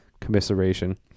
commiseration